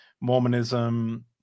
mormonism